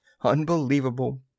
unbelievable